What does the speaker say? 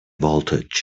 voltage